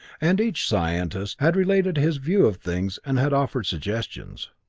and each scientist had related his view of things and had offered suggestions.